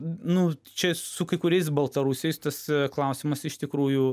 nu čia su kai kuriais baltarusiais tas klausimas iš tikrųjų